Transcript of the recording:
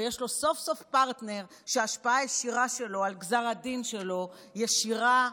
ויש לו סוף-סוף פרטנר שההשפעה שלה על גזר הדין שלו ישירה,